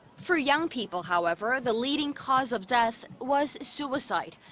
for young people, however, the leading cause of death. was suicide.